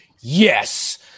yes